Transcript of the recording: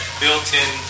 built-in